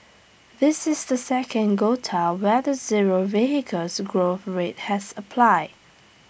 this is the second quota where the zero vehicles growth rate has applied